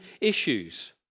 issues